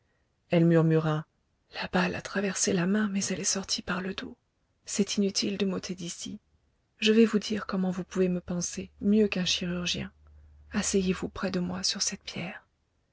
elle murmura la balle a traversé la main mais elle est sortie par le dos c'est inutile de m'ôter d'ici je vais vous dire comment vous pouvez me panser mieux qu'un chirurgien asseyez-vous près de moi sur cette pierre